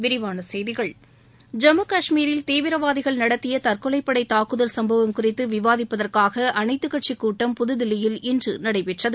விரிவான செய்திகள் ஜம்மு கஷ்மீரில் தீவிரவாதிகள் நடத்திய தற்கொலைப்படைத் தாக்குதல் சம்பவம் குறித்து விவாதிப்பதற்காக அனைத்துக் கட்சிக் கூட்டம் புதுதில்லியில் இன்று நடைபெற்றது